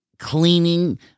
cleaning